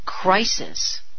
crisis